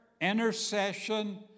intercession